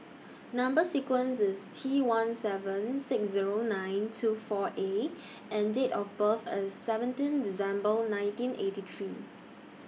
Number sequence IS T one seven six Zero nine two four A and Date of birth IS seventeen December nineteen eighty three